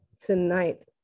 tonight